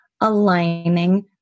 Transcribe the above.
Aligning